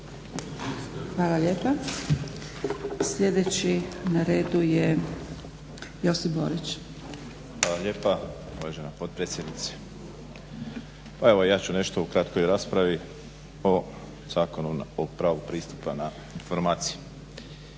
Hvala lijepa. Sljedeći na redu je Josip Borić. **Borić, Josip (HDZ)** Hvala lijepa uvažena potpredsjednice. Pa evo ja ću nešto ukratko i raspravi o Zakonu o pravu pristupa na informacije.